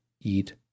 eat